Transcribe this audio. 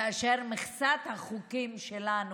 כאשר מכסת החוקים שלנו,